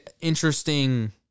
interesting